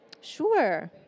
sure